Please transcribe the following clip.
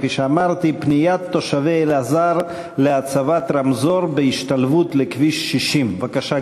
פניית תושבי אלעזר להצבת רמזור בהשתלבות בכביש 60. בבקשה,